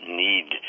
need